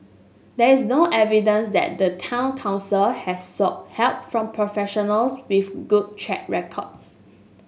there is no evidence that the town council has sought help from professionals with good track records